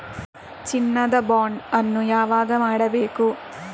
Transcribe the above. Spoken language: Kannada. ಚಿನ್ನ ದ ಬಾಂಡ್ ಅನ್ನು ಯಾವಾಗ ಮಾಡಬೇಕು?